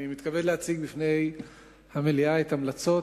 אני מתכבד להציג בפני המליאה את המלצות